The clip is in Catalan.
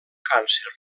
càncer